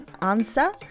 answer